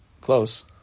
Close